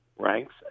ranks